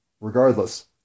Regardless